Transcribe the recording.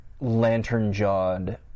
lantern-jawed